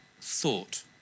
thought